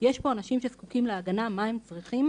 על כך שיש כאן אנשים שזקוקים להגנה ומה הם צריכים,